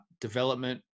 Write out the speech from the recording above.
development